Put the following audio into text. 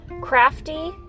crafty